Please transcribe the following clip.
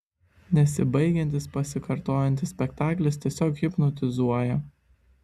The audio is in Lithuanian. nesibaigiantis pasikartojantis spektaklis tiesiog hipnotizuoja